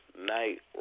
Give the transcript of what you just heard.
Night